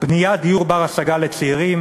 בניית דיור בר-השגה לצעירים